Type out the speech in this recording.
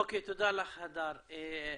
אוקיי, תודה לך, הדר.